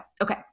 Okay